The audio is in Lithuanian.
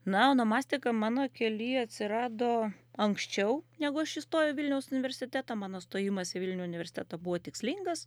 na onomastika mano kely atsirado anksčiau negu aš įstojau į vilniaus universitetą mano stojimas į vilnių universitetą buvo tikslingas